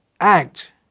act